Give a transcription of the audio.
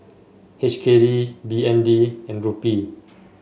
H K D B N D and Rupee